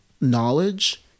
knowledge